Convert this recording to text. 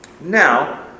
Now